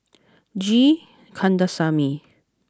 G Kandasamy